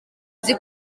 nzi